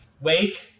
Wait